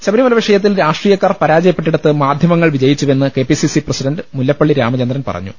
ശബരിമല വിഷയത്തിൽ രാഷ്ട്രീയക്കാർ പരാജയപ്പെട്ടിടത്ത് മാധ്യമങ്ങൾ വിജയിച്ചുവെന്ന് കെപിസിസി പ്രസിഡന്റ് മുല്ലപ്പള്ളി രാമചന്ദ്രൻ പറഞ്ഞു